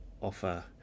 offer